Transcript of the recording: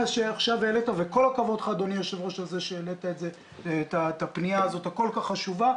כל הכבוד לך אדוני היושב-ראש על-כך שהעלית את הפנייה הכול כך חשובה.